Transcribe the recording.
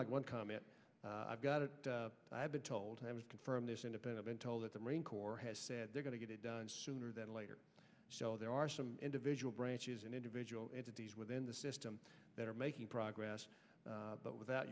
like one comment i've got it i've been told and i would confirm this independent been told that the marine corps has said they're going to get it done sooner than later so there are some individual branches and individual entities within the system that are making progress but without